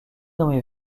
nommé